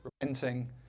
repenting